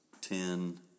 ten